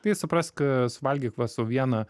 tai suprask suvalgyk va sau vieną